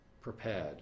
prepared